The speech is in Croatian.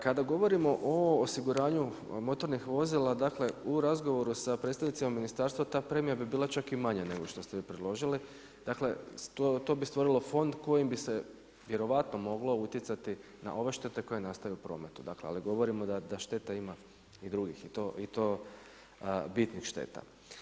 Kada govorimo o osiguranju motornih vozila, dakle u razgovoru sa predstavnicima ministarstva ta premija bi bila čak i manja nego što ste vi predložili, dakle to bi stvorilo fond kojim bi se vjerojatno moglo utjecati na ove štete koje nastaju u prometu, dakle ali govorimo da šteta ima i drugih i to, bitnih šteta.